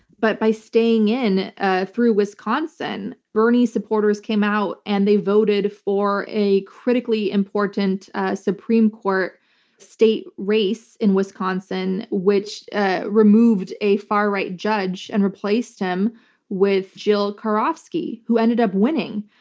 but by staying in ah through wisconsin, bernie supporters came out and they voted for a critically important supreme court state race in wisconsin, which ah removed a far right judge and replaced him with jill karofsky, who ended up winning.